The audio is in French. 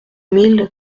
mille